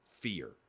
fear